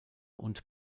und